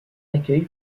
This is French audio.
accueil